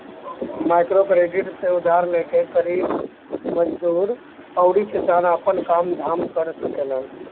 microcredit से उधार लेके गरीब मजदूर अउरी किसान आपन काम धाम कर सकेलन